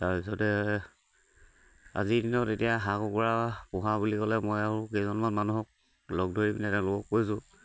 তাৰপিছতে আজিৰ দিনত এতিয়া হাঁহ কুকুৰা পোহা বুলি ক'লে মই আৰু কেইজনমান মানুহক লগ ধৰি পিনে তেওঁলোকক কৈছোঁ